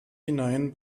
hinein